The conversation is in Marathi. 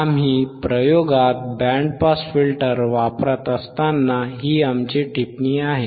आम्ही प्रयोगात बँड पास फिल्टर वापरत असताना ही आमची टिप्पणी आहे